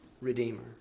Redeemer